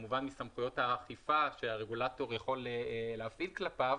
וכמובן מסמכויות האכיפה שהרגולטור יכול להפעיל כלפיו,